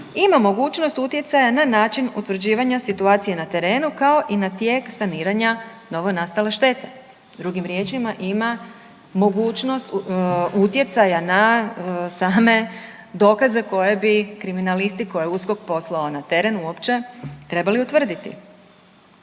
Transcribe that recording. ima mogućnost utjecaja na način utvrđivanja situacije na terenu kao i na tijek saniranja novonastale štete. Drugim riječima ima mogućnost utjecaja na same dokaze koje bi kriminalisti koje je USKOK poslao na teren uopće trebali utvrditi.